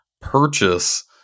purchase